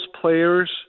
players